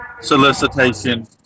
Solicitation